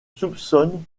soupçonnent